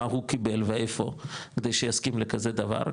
מה הוא קיבל ואיפה כדי שיסכים לכזה דבר,